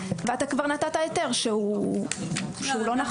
ואתה כבר נתת היתר שהוא לא נכון.